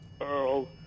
Earl